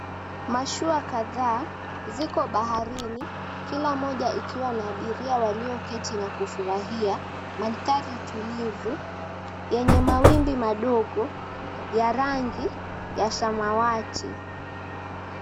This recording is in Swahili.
Mashua kadhaa ziko baharini kila moja ikiwa na abiria walioketi wakifurahia mandhari tulivu yenye mawimbi madogo ya rangi ya samawati.